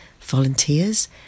volunteers